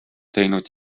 teinud